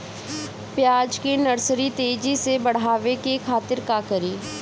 प्याज के नर्सरी तेजी से बढ़ावे के खातिर का करी?